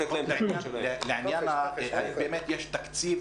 לעניין התושבים, באמת, יש תקציב